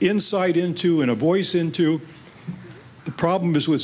insight into and a voice into the problems with